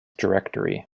directory